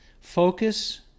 focus